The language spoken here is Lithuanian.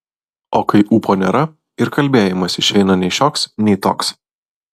o kai ūpo nėra ir kalbėjimas išeina nei šioks nei toks